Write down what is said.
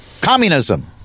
communism